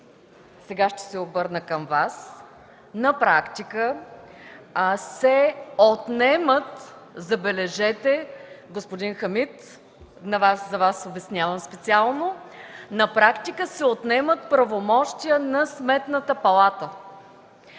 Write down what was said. сега ще се обърна към Вас, забележете, господин Хамид, за Вас обяснявам специално, на практика се отнемат правомощия на Сметната палата.